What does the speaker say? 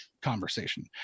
conversation